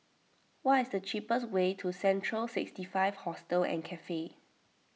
what is the cheapest way to Central sixty five Hostel and Cafe